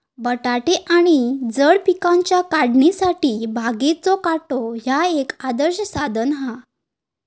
बटाटे आणि जड पिकांच्या काढणीसाठी बागेचो काटो ह्या एक आदर्श साधन हा